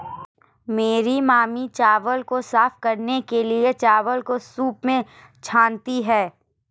मेरी मामी चावल को साफ करने के लिए, चावल को सूंप में छानती हैं